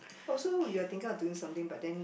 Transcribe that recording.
oh so you're thinking of doing something but then